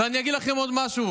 ואני אגיד לכם עוד משהו,